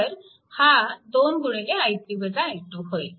तर हा 2 होईल